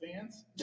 fans